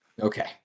Okay